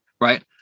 right